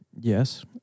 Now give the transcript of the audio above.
Yes